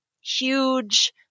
huge